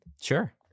Sure